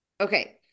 Okay